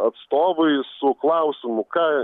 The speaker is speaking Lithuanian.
atstovui su klausimu ką